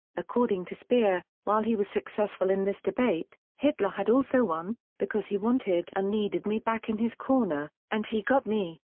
according to speer, while he was successful in this debate, hitler had also won, because he wanted and needed me back in his corner, and he got me.